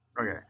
Okay